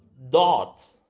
dot